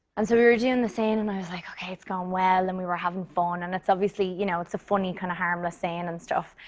and so we were doing the scene, and i was like, okay, it's going well. and we were having fun. and it's obviously, you know, it's a funny, kind of harmless scene and and stuff.